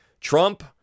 Trump